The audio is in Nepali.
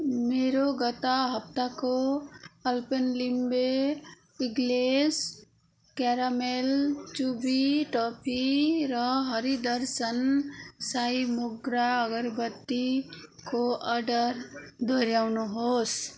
मेरो गत हप्ताको Alpenliebe eclairs caramel chewy toffee र हरि दर्शन साई मोग्रा अगरबत्तीको अर्डर दोहोऱ्याउनुहोस्